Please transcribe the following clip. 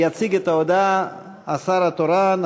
יציג את ההודעה השר התורן,